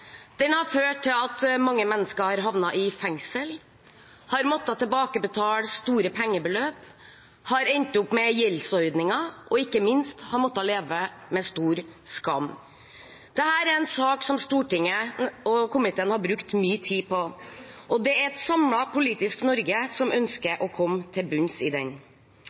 Den har ført til at mange mennesker har havnet i fengsel, har måttet tilbakebetale store pengebeløp, har endt opp med gjeldsordninger, og ikke minst har måttet leve med stor skam. Dette er en sak som Stortinget og komiteen har brukt mye tid på, og det er et samlet politisk Norge som ønsker å komme til bunns i den.